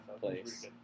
place